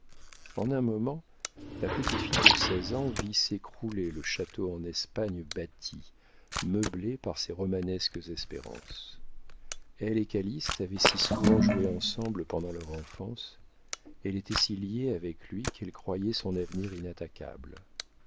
en un moment la petite fille de seize ans vit s'écrouler le château en espagne bâti meublé par ses romanesques espérances elle et calyste avaient si souvent joué ensemble pendant leur enfance elle était si liée avec lui qu'elle croyait son avenir inattaquable